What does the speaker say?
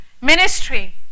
ministry